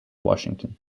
washington